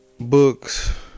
books